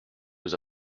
was